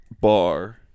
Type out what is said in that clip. bar